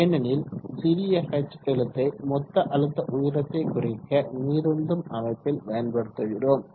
ஏனெனில் சிறிய h எழுத்தை மொத்த அழுத்த உயரத்தை குறிக்க நீர் உந்தும் அமைப்பில பயன்படுத்துகிறோம்